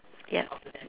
yup